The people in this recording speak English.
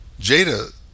Jada